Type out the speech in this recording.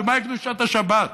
ומה היא קדושת השבת,